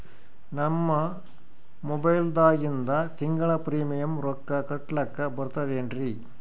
ನಮ್ಮ ಮೊಬೈಲದಾಗಿಂದ ತಿಂಗಳ ಪ್ರೀಮಿಯಂ ರೊಕ್ಕ ಕಟ್ಲಕ್ಕ ಬರ್ತದೇನ್ರಿ?